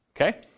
Okay